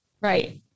Right